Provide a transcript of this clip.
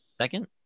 second